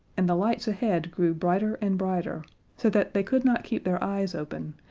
and the lights ahead grew brighter and brighter so that they could not keep their eyes open,